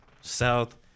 South